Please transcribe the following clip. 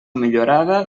millorada